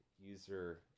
user